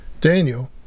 Daniel